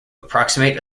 approximate